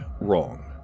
wrong